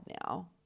now